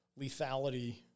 lethality